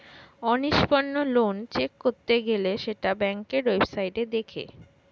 অনিষ্পন্ন loan check করতে গেলে সেটা ব্যাংকের ওয়েবসাইটে দেখে